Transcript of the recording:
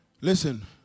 Listen